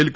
L